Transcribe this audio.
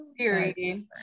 period